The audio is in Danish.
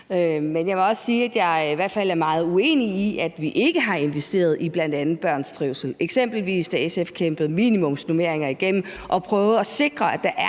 fald er meget uenig i, at vi ikke har investeret i bl.a. børns trivsel. Eksempelvis kæmpede SF minimumsnormeringer igennem og prøvede at sikre,